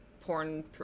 porn